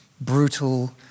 brutal